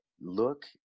look